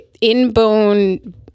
in-bone